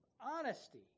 honesty